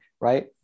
right